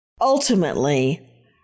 Ultimately